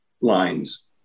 lines